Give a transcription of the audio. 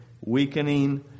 weakening